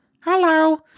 Hello